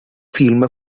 film